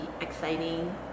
exciting